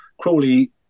Crawley